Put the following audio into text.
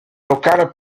locales